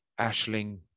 Ashling